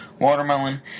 watermelon